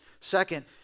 second